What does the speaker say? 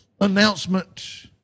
announcement